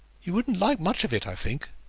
you wouldn't like much of it, i think,